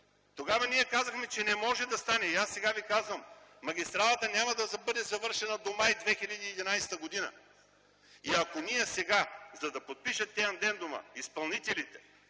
Тогава ние казахме, че не може да стане. И аз сега ви казвам: магистралата няма да бъде завършена до м. май 2011 г. И ако ние сега, за да подпишат те адендума, изпълнителите